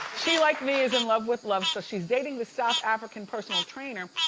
she, like me, is in love with love. so she's dating the south african personal trainer.